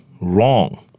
wrong